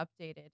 updated